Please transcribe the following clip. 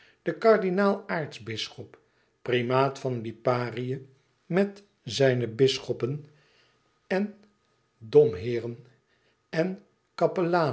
de kardinaal aartsbisschop primaat van liparië met zijne bisschoppen en domheeren en